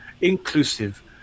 inclusive